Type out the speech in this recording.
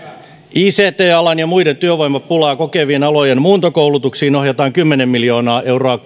ict alan ja muiden työvoimapulaa kokevien alojen muuntokoulutuksiin ohjataan korkeakouluille kymmenen miljoonaa euroa